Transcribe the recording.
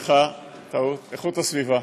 זוג שהם מעוטי יכולת וגם אינם דוברי השפה העברית,